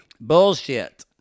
Bullshit